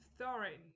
thorin